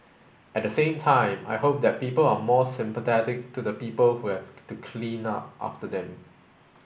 at the same time I hope that people are more sympathetic to the people who have to clean up after them